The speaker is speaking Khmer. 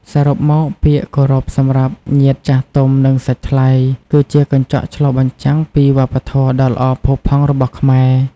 សរុបមក ពាក្យគោរពសម្រាប់ញាតិចាស់ទុំ និងសាច់ថ្លៃ គឺជាកញ្ចក់ឆ្លុះបញ្ចាំងពីវប្បធម៌ដ៏ល្អផូរផង់របស់ខ្មែរ។